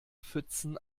pfützen